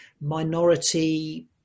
minority